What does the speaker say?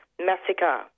massacre